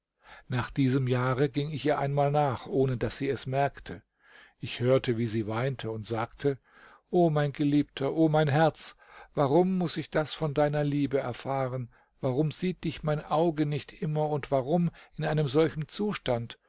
nach diesem jahre ging ich ihr einmal nach ohne daß sie es merkte ich hörte wie sie weinte und sagte o mein geliebter o mein herz warum muß ich das von deiner liebe erfahren warum sieht dich mein auge nicht immer und warum in einem solchen zustand